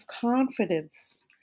confidence